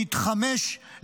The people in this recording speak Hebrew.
להתחמש,